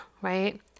right